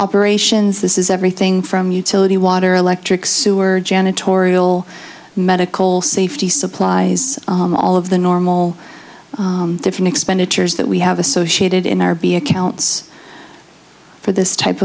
operations this is everything from utility water electric sewer janitorial medical safety supplies all of the normal different expenditures that we have associated in our b accounts for this type